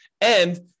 And-